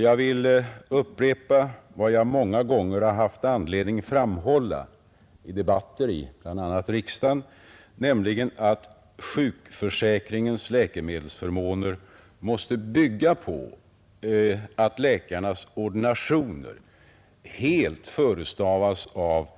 Jag vill upprepa vad jag många gånger har haft anledning framhålla i debatter i bl.a. riksdagen, nämligen att sjukförsäkringens läkemedelsförmåner måste bygga på att läkarnas ordinationer helt förestavas av